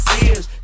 ears